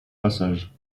passage